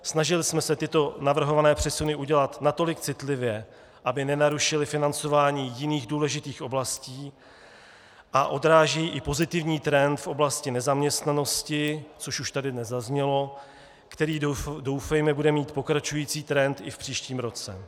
Snažili jsme se tyto navrhované přesuny udělat natolik citlivě, aby nenarušily financování jiných důležitých oblastí, a odrážejí i pozitivní trend v oblasti nezaměstnanosti, což už tady dnes zaznělo, který bude mít, doufejme, pokračující trend i v příštím roce.